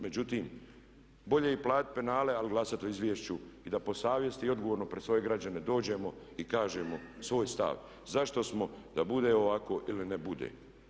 Međutim, bolje je i platiti penale ali glasati o izvješću i da po savjesti i odgovorno pred svoje građane dođemo i kažemo svoj stav zašto smo da bude ovako ili ne bude.